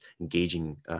engaging